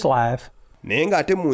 life